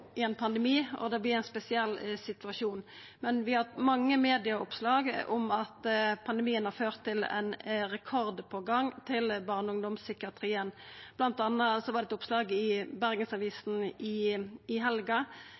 pandemi, og det er ein spesiell situasjon. Det har vore mange medieoppslag om at pandemien har ført til ein rekordpågang til barne- og ungdomspsykiatrien. Blant anna var det eit oppslag i Bergensavisen i helga